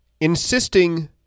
Insisting